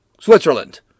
Switzerland